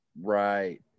Right